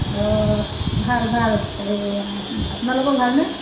অঁ ভাল ভাল এই আপোনালোকৰ ভালনে